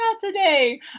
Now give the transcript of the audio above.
today